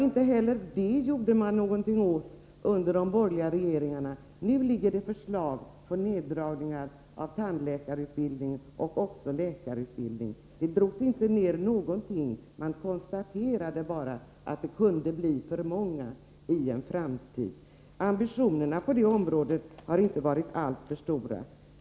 Inte heller detta gjorde man nämligen någonting åt under de borgerliga regeringarnas tid. Nu föreligger ett förslag om neddragning av tandläkarutbildningen och även läkarutbildningen. De borgerliga regeringarna gjorde inte några som helst neddragningar i utbildningen, man bara konstaterade att det kunde bli för många läkare och tandläkare i en framtid. Ambitionerna på det området har inte varit alltför stora.